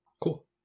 cool